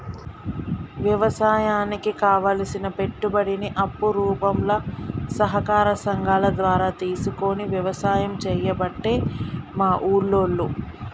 వ్యవసాయానికి కావలసిన పెట్టుబడిని అప్పు రూపంల సహకార సంగాల ద్వారా తీసుకొని వ్యసాయం చేయబట్టే మా ఉల్లోళ్ళు